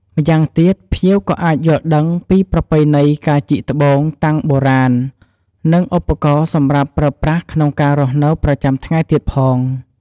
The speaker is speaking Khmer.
ម៉្យាងទៀតភ្ញៀវក៏អាចយល់ដឹងពីប្រពៃណីការជីកត្បូងតាំងបុរាណនិងឱបករណ៍សម្រាប់ប្រើប្រាស់ក្នុងការរស់នៅប្រចាំថ្ងៃទៀតផង។